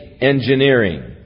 engineering